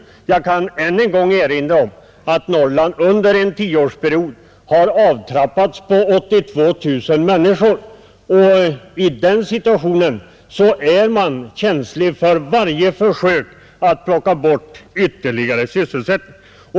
Jag kan än en gång erinra om att Norrland under en tioårsperiod har avtappats på 82 000 människor. I den situationen är man känslig för varje försök att plocka bort ytterligare sysselsättning.